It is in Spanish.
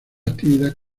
actividad